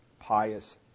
pious